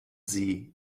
sie